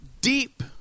deep